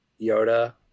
Yoda